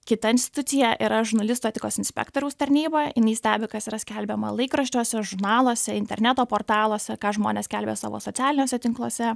kita institucija yra žurnalistų etikos inspektoriaus tarnyba jinai stebi kas yra skelbiama laikraščiuose žurnaluose interneto portaluose ką žmonės skelbia savo socialiniuose tinkluose